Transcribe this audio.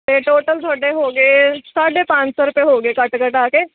ਅਤੇ ਟੋਟਲ ਤੁਹਾਡੇ ਹੋ ਗਏ ਸਾਢੇ ਪੰਜ ਸੌ ਰੁਪਏ ਹੋ ਗਏ ਕੱਟ ਕਟਾ ਕੇ